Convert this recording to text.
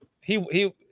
He—he